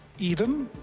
eden,